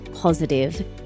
positive